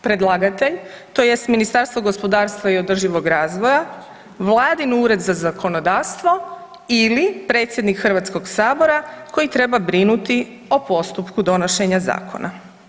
Predlagatelj tj. Ministarstvo gospodarstva i održivog razvoja, vladin ured za zakonodavstvo ili predsjednik HS koji treba brinuti o postupku donošenja zakona?